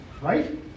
right